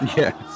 yes